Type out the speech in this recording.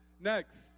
Next